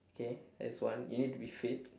okay that's one you need to be fit